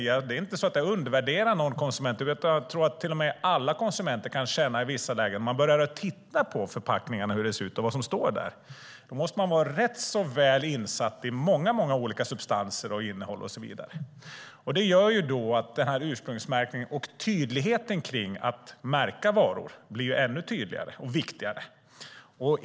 Jag undervärderar inte konsumenterna, men jag tror att alla kan känna att man måste vara väl insatt i många substanser och annat när man börjar titta på vad som står på förpackningarna. Då blir ursprungsmärkningen och tydligheten i att märka varor ännu viktigare.